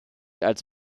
als